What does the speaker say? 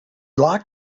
locked